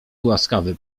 łaskawy